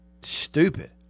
Stupid